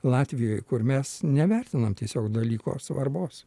latvijoj kur mes nevertinam tiesiog dalyko svarbos